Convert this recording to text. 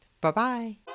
Bye-bye